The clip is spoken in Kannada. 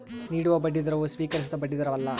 ನೀಡುವ ಬಡ್ಡಿದರವು ಸ್ವೀಕರಿಸಿದ ಬಡ್ಡಿದರವಲ್ಲ